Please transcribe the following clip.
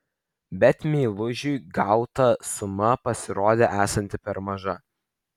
bet meilužiui gauta suma pasirodė esanti per maža